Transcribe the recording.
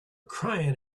crying